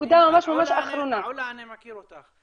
מכיר אותך.